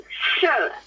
Sure